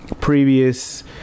previous